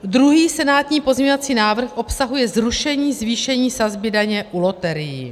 Druhý senátní pozměňovací návrh obsahuje zrušení zvýšení sazby daně u loterií.